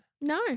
No